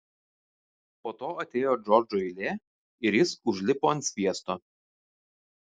po to atėjo džordžo eilė ir jis užlipo ant sviesto